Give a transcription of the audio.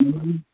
ꯎꯝ